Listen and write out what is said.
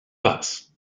was